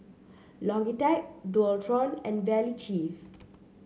Logitech Dualtron and Valley Chef